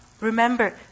Remember